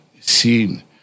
seen